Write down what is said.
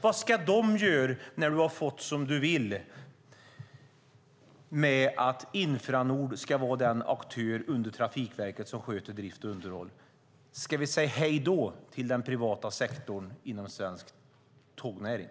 Vad ska de göra när du har fått som du vill med att Infranord ska vara den aktör under Trafikverket som sköter drift och underhåll? Ska vi säga hej då till den privata sektorn inom svensk tågnäring?